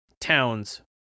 towns